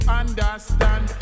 understand